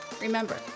remember